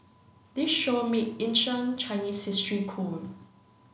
this show made ancient Chinese history cool